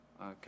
Okay